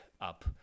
up